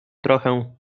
trochę